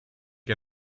che